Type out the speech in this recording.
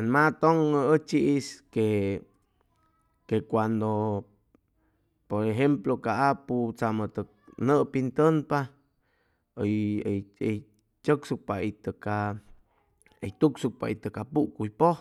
ʉn matʉŋʉ ʉchi'is que que cuando por ejemplo ca aputzamʉ tʉg nʉpin tʉnpa hʉy hʉy tzʉcsucpa itʉ ca hʉy tucsucpa itʉ ca pucuy pʉj